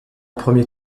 premier